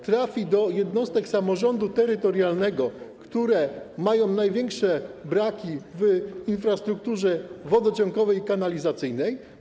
Trafi do jednostek samorządu terytorialnego, które mają największe braki w zakresie infrastruktury wodociągowej i kanalizacyjnej.